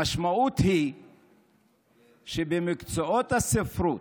המשמעות היא שבמקצועות ספרות,